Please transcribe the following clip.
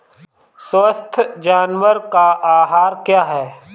स्वस्थ जानवर का आहार क्या है?